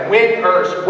Winners